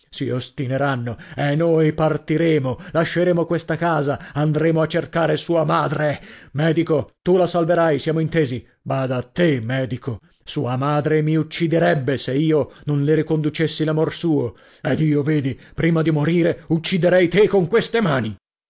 si ostineranno e noi partiremo lasceremo questa casa andremo a cercare sua madre medico tu la salverai siamo intesi bada a te medico sua madre mi ucciderebbe se io non le riconducessi l'amor suo ed io vedi prima di morire ucciderei te con queste mani